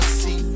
see